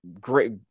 great